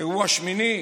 אירוע שמיני,